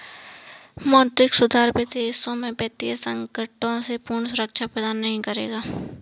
मौद्रिक सुधार विदेशों में वित्तीय संकटों से पूर्ण सुरक्षा प्रदान नहीं करेगा